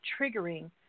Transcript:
triggering